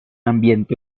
ambiente